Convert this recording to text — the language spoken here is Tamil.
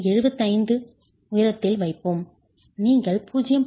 75 உயரத்தில் வைப்போம் நீங்கள் 0